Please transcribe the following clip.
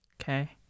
okay